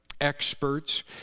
experts